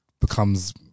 becomes